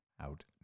out